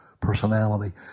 personality